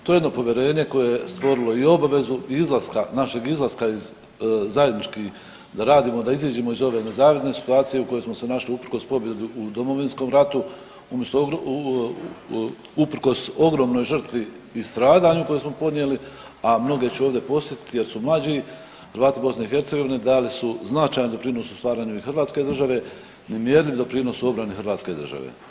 To je jedno povjerenje koje je stvorilo i obavezu izlaska, našeg izlaska iz, zajednički da radimo, da iziđemo iz ove nezavidne situacije u kojoj smo se našli usprkos pobjedi u Domovinskom ratu, usprkos ogromnoj žrtvi i stradanju koje smo podnijeli, a mnoge ću ovdje podsjetit jer su mlađi, Hrvati BiH dali su značajan doprinos u stvaranju i hrvatske države, nemjerljiv doprinos u obrani hrvatske države.